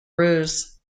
ruse